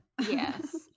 yes